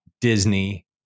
Disney